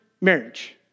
marriage